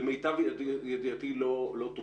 למיטב ידיעתי לא תוקנו.